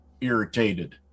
irritated